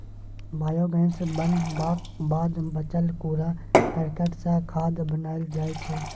biogas बनबाक बाद बचल कुरा करकट सँ खाद बनाएल जाइ छै